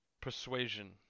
Persuasion